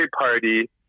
party